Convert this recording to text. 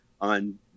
on